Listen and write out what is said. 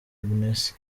agnès